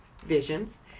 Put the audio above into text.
visions